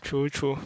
true true